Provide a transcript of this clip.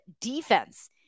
defense